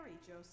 Joseph